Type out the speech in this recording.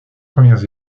premières